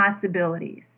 possibilities